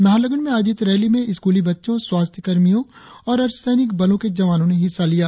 नाहरलगुन में आयोजित रैली में स्कूली बच्चों स्वास्थ्य कर्मियों और अर्धसैनिक बलोंके जवानों ने हिस्सा लिया